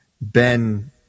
Ben